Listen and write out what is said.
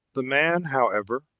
the man, however,